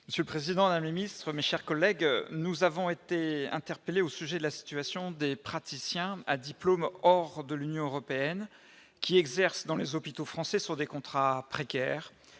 monsieur le président, un ministre mais, chers collègues, nous avons été interpellé au sujet de la situation des praticiens à diplôme hors de l'Union européenne qui exercent dans les hôpitaux français sur des contrats précaires